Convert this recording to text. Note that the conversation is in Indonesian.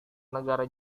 negara